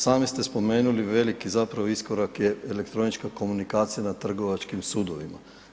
Sami ste spomenuli veliki zapravo iskorak je elektronička komunikacija na trgovačkim sudovima.